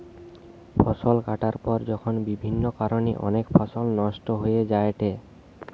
ফসল কাটার পর যখন বিভিন্ন কারণে অনেক ফসল নষ্ট হয়ে যায়েটে